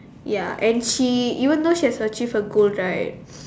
ya and she even though she has achieved her goal right